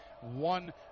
One